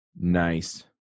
Nice